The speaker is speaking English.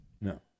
No